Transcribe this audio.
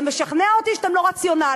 זה משכנע אותי שאתם לא רציונליים.